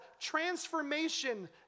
transformation